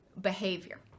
behavior